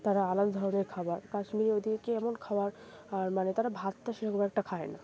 তারা আলাদা ধরনের খাবার কাশ্মীরে ওদিকে এমন খাবার আর মানে তারা ভাতটা সেরকম একটা খায় না